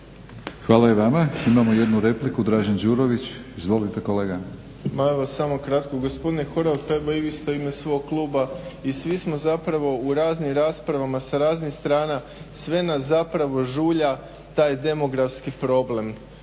Hvala i vama. Imamo jednu repliku Dražen Đurović. Izvolite kolega.